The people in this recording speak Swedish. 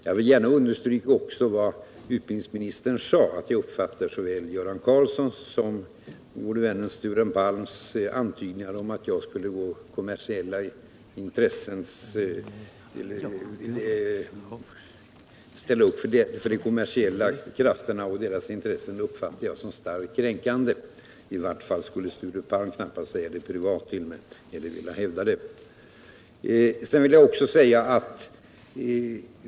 Jag vill gärna understryka vad utbildningsministern sade, att vi uppfattar såväl Göran Karlssons som den gode vännen Sture Palms antydningar om att vi skulle ställa upp för de kommersiella krafterna och deras intressen som starkt kränkande — i varje fall skulle Sture Palm knappast hävda det eller säga det privat till mig.